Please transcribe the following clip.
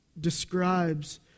describes